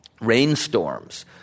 rainstorms